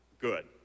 Good